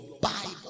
Bible